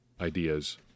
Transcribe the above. ideas